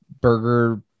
burger